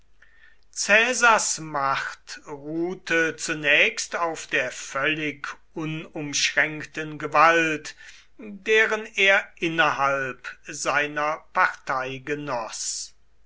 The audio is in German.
caesars macht ruhte zunächst auf der völlig unumschränkten gewalt deren er innerhalb seiner partei genoß